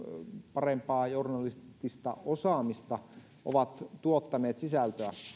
parempaa journalistista osaamista ovat tuottaneet sisältöä